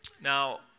Now